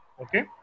Okay